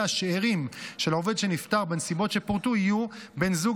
שאירים של עובד שנפטר בנסיבות שפורטו יהיו בן זוג